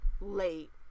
late